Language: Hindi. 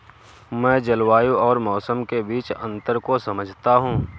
मैं जलवायु और मौसम के बीच अंतर को समझता हूं